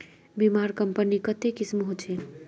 बीमार कंपनी कत्ते किस्म होछे